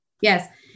Yes